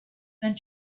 than